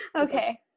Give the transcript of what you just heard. Okay